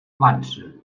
avança